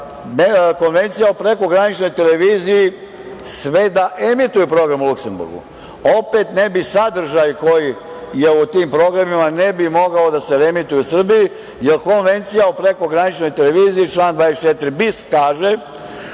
nema. Konvencija o prekograničnoj televiziji sve i da emituje program u Luksemburgu, opet ne bi sadržaj koji je u tim programima ne bi mogao da se reemituje u Srbiji, jer Konvencija o prekograničnoj televiziji, član 24. „bis“ kaže